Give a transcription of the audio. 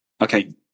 okay